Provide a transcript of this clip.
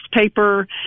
paper